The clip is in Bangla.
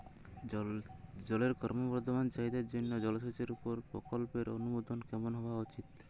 জলের ক্রমবর্ধমান চাহিদার জন্য জলসেচের উপর প্রকল্পের অনুমোদন কেমন হওয়া উচিৎ?